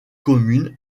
communes